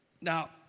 Now